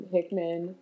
Hickman